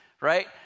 right